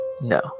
No